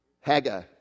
Haggai